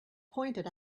pointed